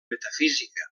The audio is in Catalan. metafísica